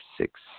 six